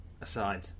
aside